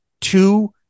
Two